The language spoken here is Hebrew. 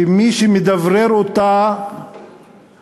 שמי שמדברר אותה